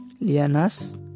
lianas